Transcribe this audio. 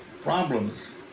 problems